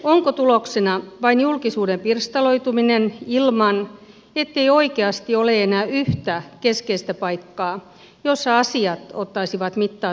onko tuloksena vain julkisuuden pirstaloituminen niin ettei oikeasti ole enää yhtä keskeistä paikkaa jossa asiat ottaisivat mittaa toisistaan